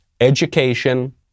education